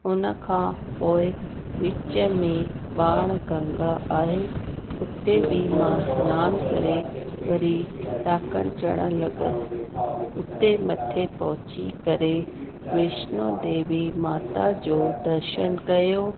हुन खां पोइ विच में बाड़ गंगा आहे उते बि मां सनानु करे वरी ॾाकण चढ़ण लॻसि उते मथे पहुची करे वेष्णो देवी माता जो दर्शन कयो